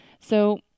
So